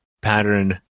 pattern